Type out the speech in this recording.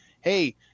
Hey